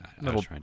Little